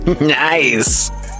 Nice